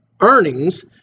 earnings